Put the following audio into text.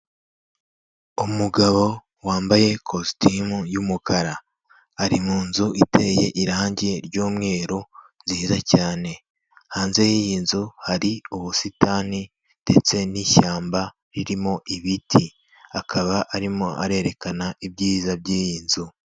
Umugabo wambaye ikositimu y'umukara, ari mu nzu iteye irangi ry'umweru nziza cyane, hanze y'iyi nzu hari ubusitani ndetse n'ishyamba ririmo ibiti, akaba arimo arerekana ibyiza by'iyi nzu.